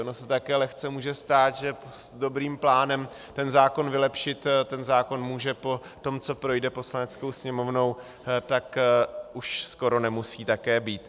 Ono se také lehce může stát, že s dobrým plánem ten zákon vylepšit ten zákon může poté, co projde Poslaneckou sněmovnou, tak už skoro nemusí také být.